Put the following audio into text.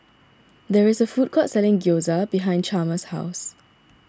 there is a food court selling Gyoza behind Chalmers' house